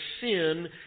sin